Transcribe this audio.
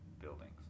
buildings